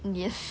yes